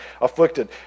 afflicted